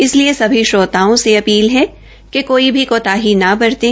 इसलिए सभी श्रोताओं से अपील है कि कोई भी कोताही न बरतें